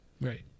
Right